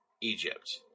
Egypt